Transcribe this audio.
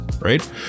right